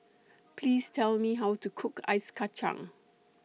Please Tell Me How to Cook Ice Kachang